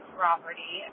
property